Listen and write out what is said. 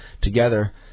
together